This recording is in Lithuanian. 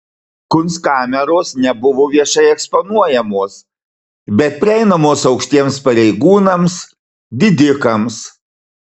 kunstkameros nebuvo viešai eksponuojamos bet prieinamos aukštiems pareigūnams didikams